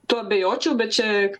tuo abejočiau bet čia